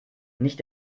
nicht